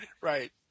Right